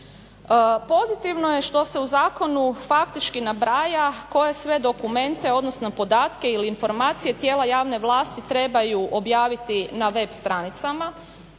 Pozitivno je što se u zakonu faktički nabraja koje sve dokumente odnosno podatke ili informacije tijela javne vlasti trebaju objaviti na web stranicama.